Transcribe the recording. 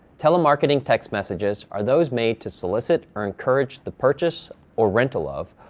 telemarketing text messages are those made to solicit or encourage the purchase or rental of,